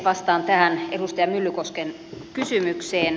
vastaan tähän edustaja myllykosken kysymykseen